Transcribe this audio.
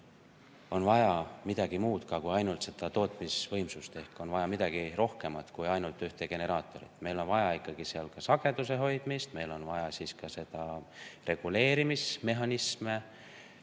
on vaja midagi muud ka kui ainult seda tootmisvõimsust, on vaja midagi rohkemat kui ainult ühte generaatorit. Meil on vaja ikkagi sageduse hoidmist, meil on vaja ka reguleerimismehhanisme,